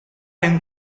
yang